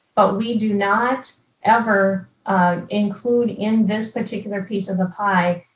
but we do not ever include, in this particular piece of the pie,